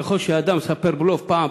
ככל שאדם מספר בלוף פעם,